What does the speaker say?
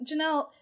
Janelle